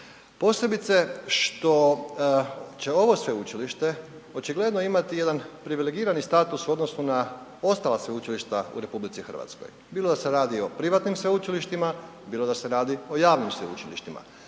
posebice što će ovo sveučilište očigledno imati jedan privilegirani status u odnosu na ostala sveučilišta u RH, bilo da se radi o privatnim sveučilištima bilo da se radi o javnim sveučilištima.